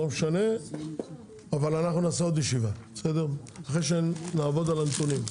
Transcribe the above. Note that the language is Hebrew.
אבל אנחנו נעשה עוד ישיבה אחרי שנעבוד על הנתונים.